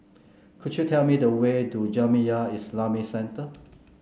could you tell me the way to Jamiyah Islamic Centre